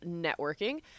networking